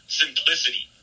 simplicity